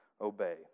obey